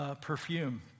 perfume